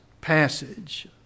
passage